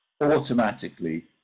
automatically